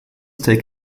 take